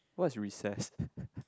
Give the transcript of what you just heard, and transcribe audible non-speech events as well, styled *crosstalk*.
what is recess *laughs*